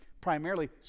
primarily